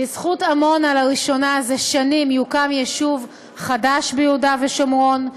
בזכות עמונה לראשונה זה שנים יוקם יישוב חדש ביהודה ושומרון.